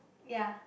ya